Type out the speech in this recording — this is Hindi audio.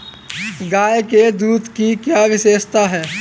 गाय के दूध की क्या विशेषता है?